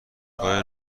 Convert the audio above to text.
های